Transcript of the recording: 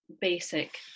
basic